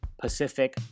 Pacific